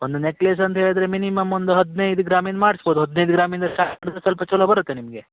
ಒಂದು ನೆಕ್ಲೆಸ್ ಅಂತ ಹೇಳಿದರೆ ಮಿನಿಮಮ್ ಒಂದು ಹದಿನೈದು ಗ್ರಾಮಿಂದ್ ಮಾಡಿಸ್ಬೋದು ಹದಿನೈದು ಗ್ರಾಮಿಂದ ಸ್ಟಾರ್ಟ್ ಮಾಡಿದರೆ ಸ್ವಲ್ಪ ಚಲೋ ಬರುತ್ತೆ ನಿಮಗೆ